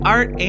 Art